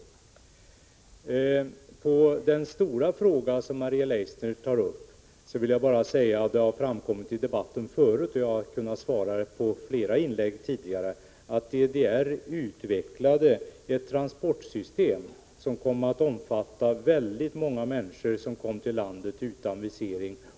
Som svar på den stora fråga som Maria Leissner tar upp vill jag bara säga att det tidigare i debatten har framkommit — jag har även svarat på flera inlägg tidigare om detta —- att DDR utvecklade ett transportsystem, som kom att omfatta väldigt många människor som kom till landet utan visering.